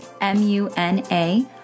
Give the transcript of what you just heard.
M-U-N-A